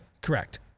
Correct